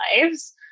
lives